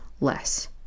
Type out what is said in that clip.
less